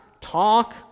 Talk